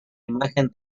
imagen